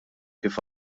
kif